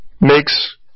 makes